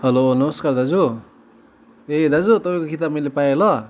hello नमस्कार दाजु ए दाजु तपाईँको किताब मैले पाएँ ल